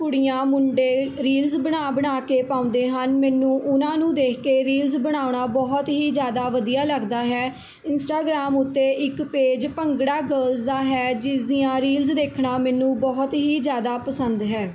ਕੁੜੀਆਂ ਮੁੰਡੇ ਰੀਲਸ ਬਣਾ ਬਣਾ ਕੇ ਪਾਉਂਦੇ ਹਨ ਮੈਨੂੰ ਉਹਨਾਂ ਨੂੰ ਦੇਖ ਕੇ ਰੀਲਜ਼ ਬਣਾਉਣਾ ਬਹੁਤ ਹੀ ਜ਼ਿਆਦਾ ਵਧੀਆ ਲੱਗਦਾ ਹੈ ਇੰਸਟਾਗ੍ਰਾਮ ਉੱਤੇ ਇੱਕ ਪੇਜ ਭੰਗੜਾ ਗਰਲਜ਼ ਦਾ ਹੈ ਜਿਸਦੀਆਂ ਰੀਲਸ ਦੇਖਣਾ ਮੈਨੂੰ ਬਹੁਤ ਹੀ ਜ਼ਿਆਦਾ ਪਸੰਦ ਹੈ